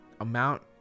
amount